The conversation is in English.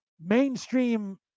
mainstream